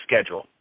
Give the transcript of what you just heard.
schedule